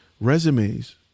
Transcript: resumes